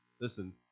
listen